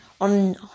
on